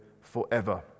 forever